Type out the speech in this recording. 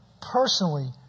Personally